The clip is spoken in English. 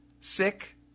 sick